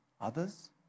others